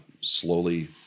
slowly